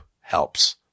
helps